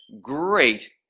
great